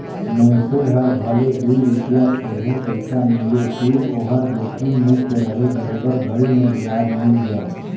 मइनसे हर भले दूई रूपिया थोरहे पइसा मिले फिर ओहर जोखिम मुक्त रहें बरोबर घरी मे बियाज मिल जाय